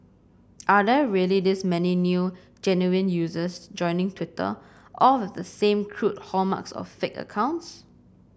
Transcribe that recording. are there really this many new genuine users joining Twitter all with the same crude hallmarks of fake accounts